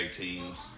teams